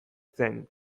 zen